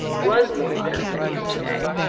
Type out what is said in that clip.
was more moderate than he is today.